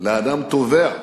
לאדם טובע,